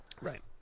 Right